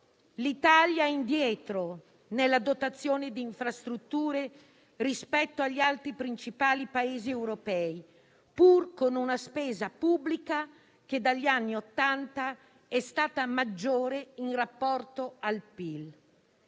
«L'Italia è indietro nella dotazione di infrastrutture rispetto agli altri principali Paesi europei, pur con una spesa pubblica che dagli anni Ottanta è stata maggiore in rapporto al PIL».